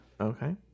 Okay